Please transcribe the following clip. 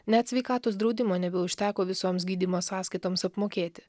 net sveikatos draudimo nebeužteko visoms gydymo sąskaitoms apmokėti